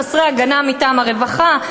חסרי הגנה מטעם הרווחה,